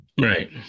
Right